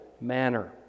manner